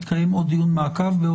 בעוד שבועיים יתקיים דיון מעקב.